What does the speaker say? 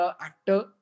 actor